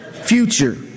future